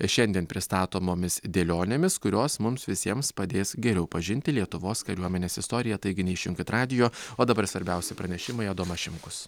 šiandien pristatomomis dėlionėmis kurios mums visiems padės geriau pažinti lietuvos kariuomenės istoriją taigi neišjunkit radijo o dabar svarbiausi pranešimai adomas šimkus